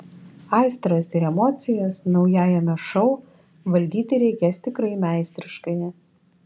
aistras ir emocijas naujajame šou valdyti reikės tikrai meistriškai